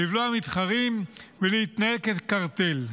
לבלוע מתחרים ולהתנהג כקרטל.